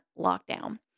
lockdown